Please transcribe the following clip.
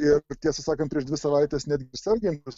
ir tiesą sakant prieš dvi savaites netgi sergantys